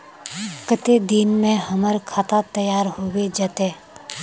केते दिन में हमर खाता तैयार होबे जते?